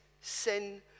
sin